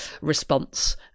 response